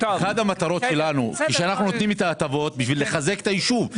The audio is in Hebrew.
אחת המטרות של ההטבות היא לחזק את היישוב,